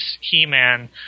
He-Man